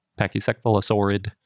Pachycephalosaurid